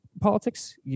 politics